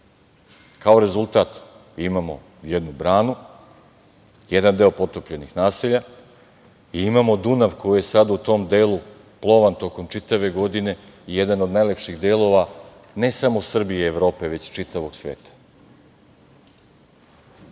rezultat imamo jednu branu, jedan deo potopljenih naselja i imamo Dunav koji je sad u tom delu plovan tokom čitave godine i jedan od najlepših delova ne samo Srbije i Evrope, već čitavog sveta. Ne